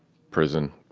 prison,